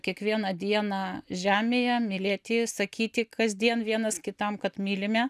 kiekviena diena žemėje mylėti sakyti kasdien vienas kitam kad mylime